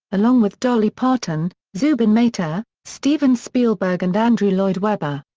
along with dolly parton, zubin mehta, steven spielberg and andrew lloyd webber.